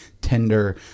tender